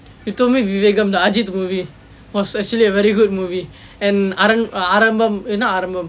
you told me Vivegam the ajith movie was actually a very good movie and அரண் ஆரம்பம் என்ன ஆரம்பம்:aran aarambam enna aarambam